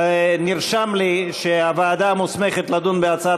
נרשם לי שהוועדה המוסמכת לדון בהצעת